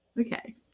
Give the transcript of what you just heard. Okay